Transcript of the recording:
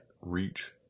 reach